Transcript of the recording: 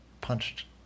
punched